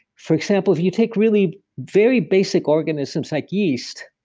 for example, if you take really very basic organisms like yeast,